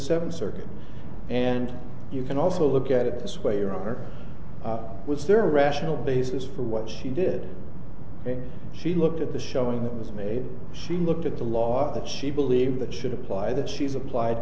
seventh circuit and you can also look at it this way or other was there a rational basis for what she did and she looked at the showing that was made she looked at the law that she believed that should apply that she's applied